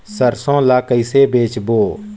सरसो ला कइसे बेचबो?